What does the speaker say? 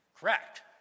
correct